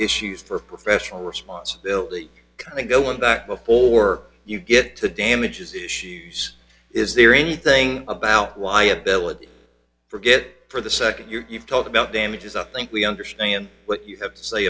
issues for professional responsibility come and go and that before you get to damages issues is there anything about liability for get for the second you talk about damages i think we understand what you have to say